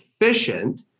efficient